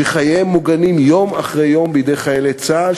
שחייהם מוגנים יום אחרי יום בידי חיילי צה"ל,